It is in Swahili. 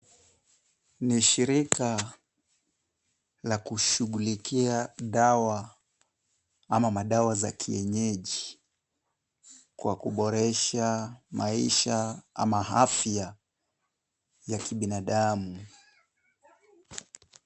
Ni shirika la kushughulikia dawa ama madawa za kienyeji, kwa kuboresha maisha ama afya ya kibinadamu.